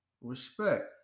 respect